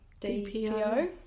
DPO